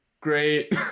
great